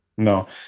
No